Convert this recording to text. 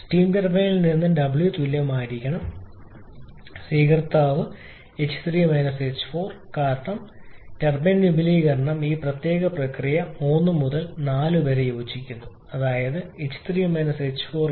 steam ടർബൈനിൽ നിന്നുള്ള W തുല്യമായിരിക്കണം സ്വീകർത്താവ് ℎ3 ℎ4 കാരണം ടർബൈൻ വിപുലീകരണം ഈ പ്രത്യേക പ്രക്രിയ 3 മുതൽ 4 വരെ യോജിക്കുന്നു അതായത് h3 ℎ4 1338